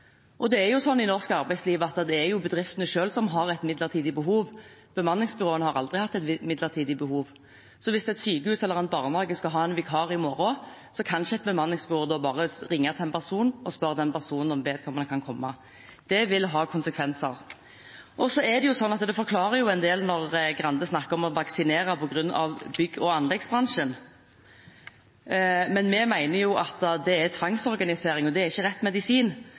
I norsk arbeidsliv er det bedriftene selv som har et midlertidig behov. Bemanningsbyråene har aldri hatt et midlertidig behov. Hvis et sykehus eller en barnehage skal ha en vikar i morgen, kan ikke et bemanningsbyrå ringe til en person og spørre om vedkommende kan komme. Det vil ha konsekvenser. Det forklarer en del når representanten Grande snakker om å vaksinere på grunn av bygg- og anleggsbransjen. Vi mener at det er tvangsorganisering, og det er ikke rett medisin.